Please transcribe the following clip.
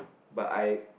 but I